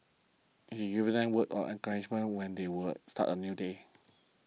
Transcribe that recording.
he gives them words at encouragement when they will start a new day